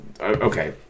okay